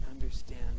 understand